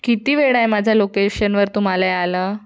किती वेळ आहे माझ्या लोकेशनवर तुम्हाला यायला